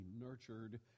nurtured